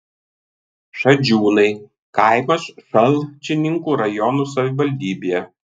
šadžiūnai kaimas šalčininkų rajono savivaldybėje